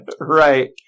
Right